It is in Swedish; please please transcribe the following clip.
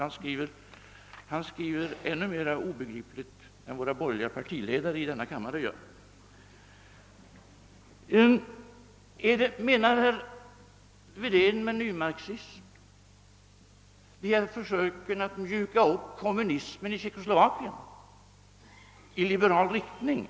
Han skriver nämligen ännu mer obegripligt än våra borgerliga partiledare i denna kammare gör. Menar herr Wedén med nymarxism försöken att mjuka upp kommunismen i Tjeckoslovakien i liberal riktning?